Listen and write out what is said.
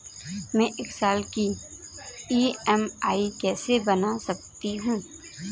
मैं एक साल की ई.एम.आई कैसे बना सकती हूँ?